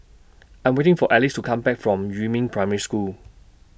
I'm waiting For Ellis to Come Back from Yumin Primary School